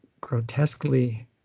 grotesquely